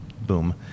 Boom